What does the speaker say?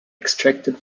extracted